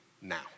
now